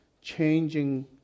changing